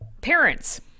parents